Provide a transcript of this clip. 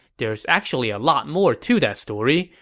there's actually a lot more to that story,